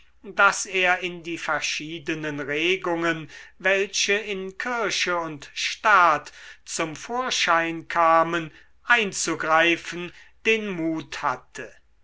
daß er in die verschiedenen regungen welche in kirche und staat zum vorschein kamen einzugreifen den mut hatte